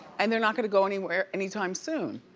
and they're not gonna go anywhere anytime soon.